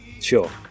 sure